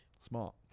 Smart